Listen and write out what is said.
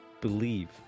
believe